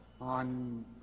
on